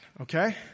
okay